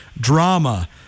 drama